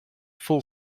full